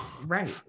right